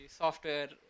software